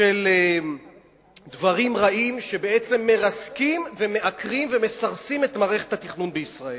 של דברים רעים שבעצם מרסקים ומעקרים ומסרסים את מערכת התכנון בישראל.